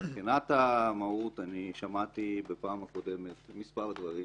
מבחינת המהות, אני שמעתי בפעם הקודמת מספר דברים,